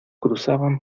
cruzaban